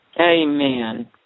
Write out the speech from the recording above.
Amen